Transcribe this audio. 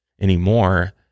anymore